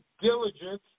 diligence